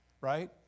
Right